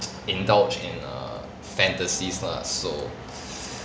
indulge in err fantasies lah so